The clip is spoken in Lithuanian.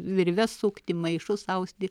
virves sukti maišus austi